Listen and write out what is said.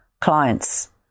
clients